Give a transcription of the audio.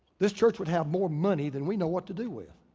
this church would have more money than we know what to do with.